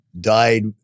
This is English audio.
died